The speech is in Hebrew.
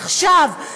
עכשיו,